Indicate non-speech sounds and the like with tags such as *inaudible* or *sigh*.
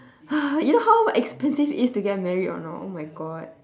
*noise* you know how expensive it is to get married or not oh my god